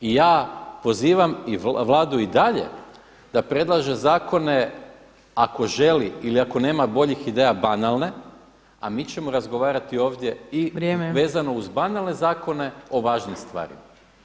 Ja pozivam i Vladu i dalje da predlaže zakone ako želi ili ako nema boljih ideja banalne, a mi ćemo razgovarati ovdje i vezano uz [[Upadica Opačić: Vrijeme.]] banalne zakone o važnim stvarima.